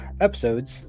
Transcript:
episodes